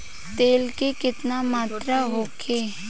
तेल के केतना मात्रा होखे?